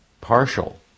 partial